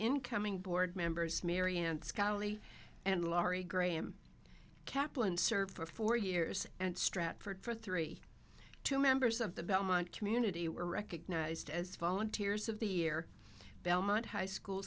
incoming board members mary unscholarly and laurie graham kaplan served for four years and stratford for three two members of the belmont community were recognized as volunteers of the year belmont high school